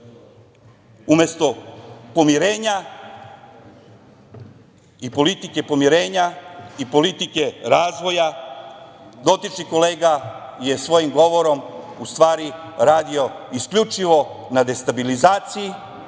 pomirenja i politike pomirenja i politike razvoja, dotični kolega je svojim govorom radio isključivo na destabilizaciji